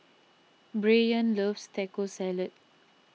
Brayan loves Taco Salad